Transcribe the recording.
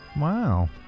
Wow